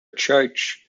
church